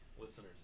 listeners